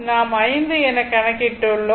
நாம் 5 எனக் கணக்கிட்டுள்ளோம்